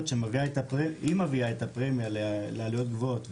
שהיא מביאה את הפרמיה לעלויות גבוהות.